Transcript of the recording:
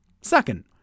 Second